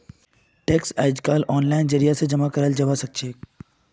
tax अइजकाल ओनलाइनेर जरिए जमा कराल जबा सखछेक